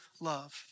love